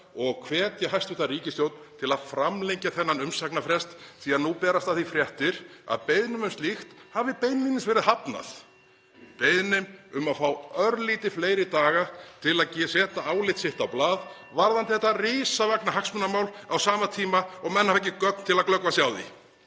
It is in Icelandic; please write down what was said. og hvetja hæstv. ríkisstjórn til að framlengja þennan umsagnarfrest því að nú berast af því fréttir að beiðnum (Forseti hringir.) um slíkt hafi beinlínis verið hafnað. Beiðnum um að fá örlítið fleiri daga til að setja álit sitt á blað (Forseti hringir.) varðandi þetta risavaxna hagsmunamál á sama tíma og menn hafa ekki gögn til að glöggva sig á því.